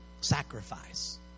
sacrifice